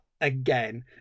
again